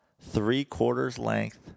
three-quarters-length